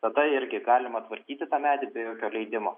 tada irgi galima tvarkyti tą medį be jokio leidimo